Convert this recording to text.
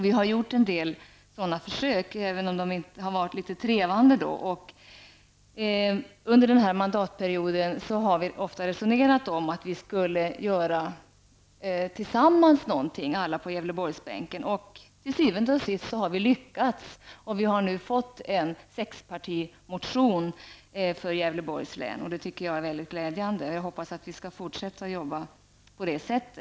Vi har gjort en del förslag, även om de har varit litet trevande. Under denna mandatperiod har vi på Gävleborgsbänken ofta resonerat om att tillsammans göra någonting. Till syvende och sist har vi lyckats och vi har nu avgivit en sexpartimotion till förmån för Gävleborgs län. Det är mycket glädjande. Jag hoppas att vi skall fortsätta att arbeta på samma sätt.